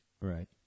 Right